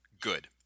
good